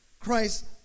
Christ